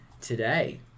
today